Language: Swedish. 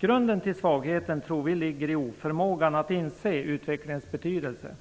Grunden till svagheten tror vi ligger i oförmågan att inse utvecklingens betydelse.